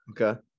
Okay